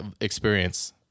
experience